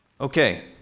Okay